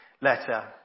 letter